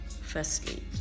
firstly